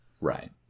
Right